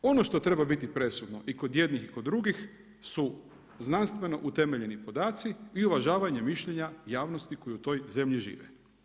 Ono što treba biti presudno i kod jednih i kod drugih su znanstveno utemeljeni podaci i uvažanjem mišljenja javnosti koji u toj zemlji žive.